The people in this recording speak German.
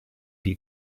die